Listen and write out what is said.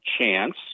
chance